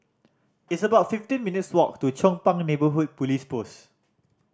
it's about fifteen minutes' walk to Chong Pang Neighbourhood Police Post